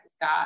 God